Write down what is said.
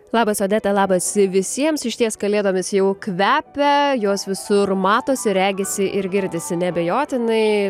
labas odeta labas visiems išties kalėdomis jau kvepia jos visur matosi regisi ir girdisi neabejotinai